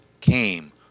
came